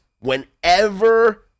whenever